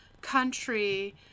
country